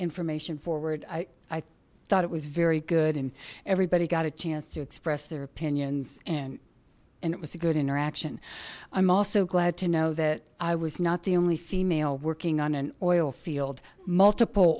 information forward i thought it was very good and everybody got a chance to express their opinions and and it was a good interaction i'm also glad to know that i was not the only female working on an oil field multiple